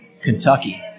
Kentucky